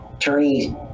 Attorney